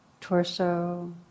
torso